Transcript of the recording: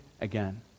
again